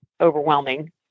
overwhelming